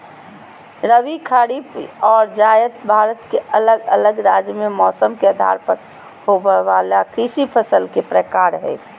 रबी, खरीफ आर जायद भारत के अलग अलग राज्य मे मौसम के आधार पर होवे वला कृषि फसल के प्रकार हय